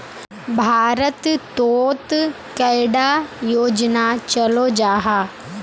भारत तोत कैडा योजना चलो जाहा?